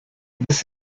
this